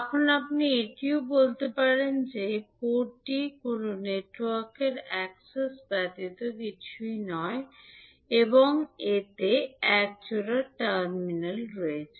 এখন আপনি এটিও বলতে পারেন যে পোর্টটি কোনও নেটওয়ার্কের অ্যাক্সেস ব্যতীত কিছুই নয় এবং এতে এক জোড়া টার্মিনাল রয়েছে